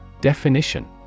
Definition